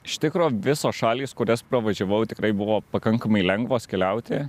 iš tikro visos šalys kurias pravažiavau tikrai buvo pakankamai lengvos keliauti